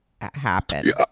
happen